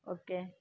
okay